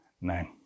name